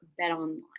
BetOnline